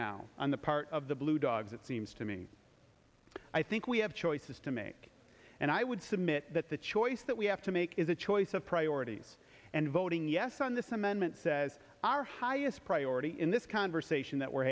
now on the part of the blue dogs it seems to me i think we have choices to make and i would submit that the choice that we have to make is a choice of priorities and voting yes on this amendment says our highest priority in this conversation that we're